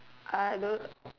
I don't